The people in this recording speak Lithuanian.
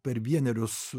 per vienerius